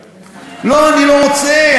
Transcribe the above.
לא, אני לא רוצה.